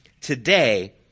Today